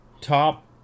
top